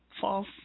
false